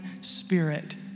spirit